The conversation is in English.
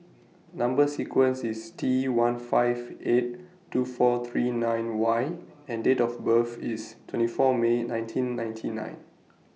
Number sequence IS T one five eight two four three nine Y and Date of birth IS twenty four May nineteen ninety nine